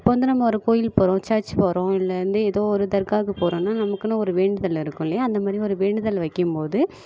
இப்போ வந்து நம்ம ஒரு கோயிலுக்கு போகிறோம் சர்ச் போகிறோம் இல்லை வந்து எதோ ஒரு தர்காவுக்கு போகிறோன்னா நமக்குன்னு ஒரு வேண்டுதல் இருக்கும் இல்லையா அந்த மாதிரி ஒரு வேண்டுதல் வைக்கும்போது